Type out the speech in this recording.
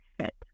fit